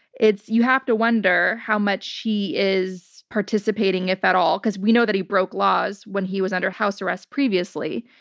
you have to wonder how much he is participating, if at all, because we know that he broke laws when he was under house arrest previously,